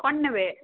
କ'ଣ ନେବେ